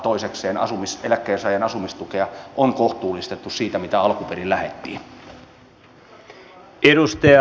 toisekseen eläkkeensaajan asumistukea on kohtuullistettu siitä mistä alun perin lähdettiin